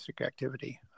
activity